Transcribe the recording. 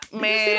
man